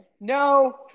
No